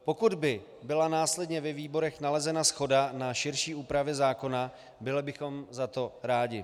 Pokud by byla následně ve výborech nalezena shoda na širší úpravě zákona, byli bychom za to rádi.